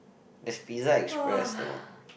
there's Pizza-Express though